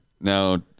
Now